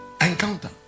Encounter